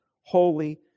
holy